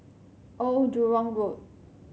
Old Jurong Road